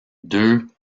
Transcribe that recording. deux